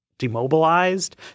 demobilized